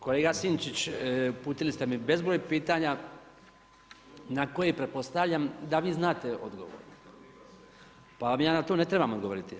Kolega Sinčić, uputili ste mi bezbroj pitanja na koje pretpostavljam da vi znate odgovore, pa vam ja na to ne trebam odgovoriti.